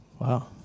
Wow